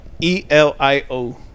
E-L-I-O